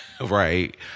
right